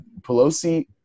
Pelosi